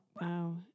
Wow